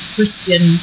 Christian